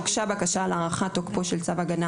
הוגשה בקשה להארכת תוקפו של צו הגנה